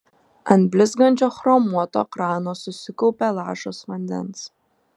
ant blizgančio chromuoto krano susikaupė lašas vandens